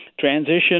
Transition